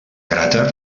cràter